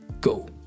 Go